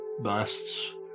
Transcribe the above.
busts